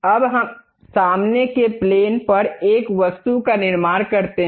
अब सामने के प्लेन पर एक वस्तु का निर्माण करते हैं